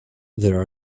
there